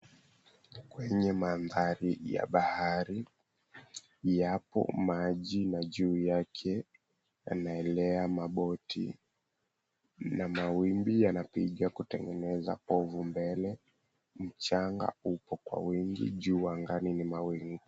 Kwenye mandhari ya bahari, yapo maji na juu yake yanaelea maboti. Na mawimbi yanapiga kutengeneza povu mbele, mchanga upo kwa wingi. Juu angani ni mawingu.